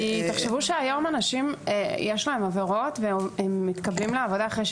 תחשבו שהיום יש לאנשים עבירות והם מתקבלים לעבודה אחרי